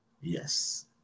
Yes